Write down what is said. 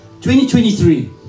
2023